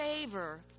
favor